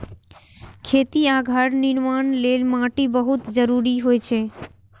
खेती आ घर निर्माण लेल माटि बहुत जरूरी होइ छै